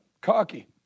cocky